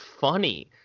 funny